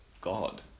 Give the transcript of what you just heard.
God